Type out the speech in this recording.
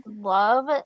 love